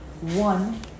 One